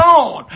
on